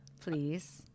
Please